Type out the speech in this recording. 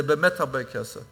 זה באמת הרבה כסף,